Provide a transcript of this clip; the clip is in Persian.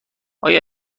آیا